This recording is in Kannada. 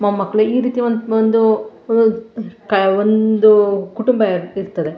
ಮೊಮ್ಮಕ್ಕಳು ಈ ರೀತಿ ಒಂದು ಒಂದು ಕ ಒಂದು ಕುಟುಂಬ ಇರ್ತದೆ